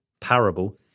parable